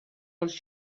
als